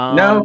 no